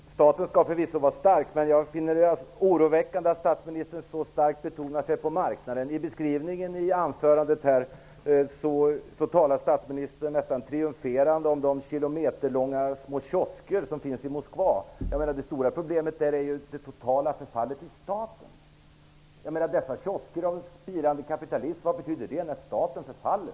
Fru talman! Staten skall förvisso vara stark, men jag finner det oroväckande att statsministern så starkt betonar marknaden. I sitt anförande talade statsministern triumferande om de kilometerlånga kiosker som finns i Moskva. Det stora problemet där är ju det totala förfallet i staten. Dessa kiosker av spirande kapitalism, vad betyder de när staten förfaller?